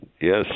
yes